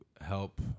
help